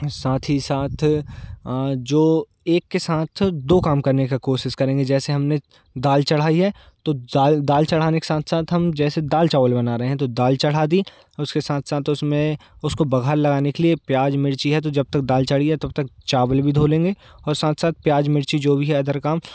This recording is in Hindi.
साथ ही साथ जो एक के साथ तो दो काम करने का कोशिश करेंगे जैसे हमने दाल चढ़ाई है तो दाल दाल चढ़ाने के साथ साथ हम जैसे दाल चावल बना रहे हैं तो दाल चढ़ा दी उसके साथ साथ उसमें उसको बघार लगाने के लिए प्याज़ मिर्ची है तो जब तक दाल चढ़ाई है तब तक चावल भी धो लेंगे और साथ साथ प्याज़ मिर्ची जो भी है अदर काम